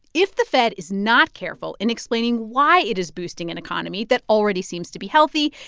if the fed is not careful in explaining why it is boosting an economy that already seems to be healthy,